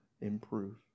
improve